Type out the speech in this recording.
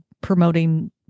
promoting